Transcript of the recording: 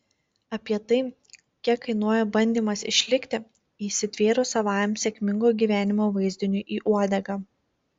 apie tai kiek kainuoja bandymas išlikti įsitvėrus savajam sėkmingo gyvenimo vaizdiniui į uodegą